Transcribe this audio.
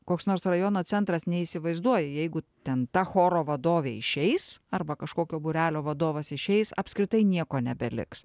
koks nors rajono centras neįsivaizduoji jeigu ten ta choro vadovė išeis arba kažkokio būrelio vadovas išeis apskritai nieko nebeliks